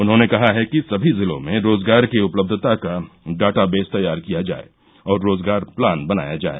उन्होंने कहा है कि सभी जिलों मं रोजगार की उपलब्धता का डाटाबेस तैयार किया जाय और रोजगार प्लान बनाया जाए